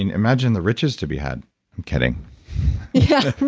and imagine the riches to be had. i'm kidding yeah